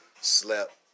slept